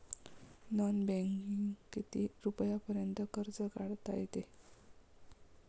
Non बँकिंगनं किती रुपयापर्यंत कर्ज काढता येते?